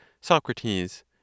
Socrates